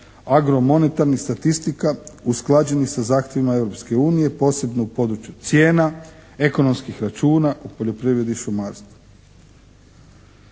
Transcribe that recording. agro-monetarnih statistika usklađenih sa zahtjevima Europske unije, posebno u području cijena, ekonomskih računa u poljoprivredi i šumarstvu.